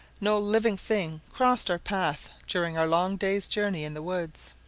no living thing crossed our path during our long day's journey in the woods.